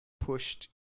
pushed